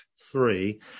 three